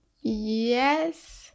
Yes